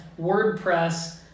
WordPress